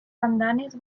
andanes